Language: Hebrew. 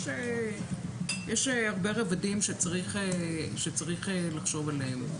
יש הרבה רבדים שצריך לחשוב עליהם.